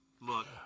look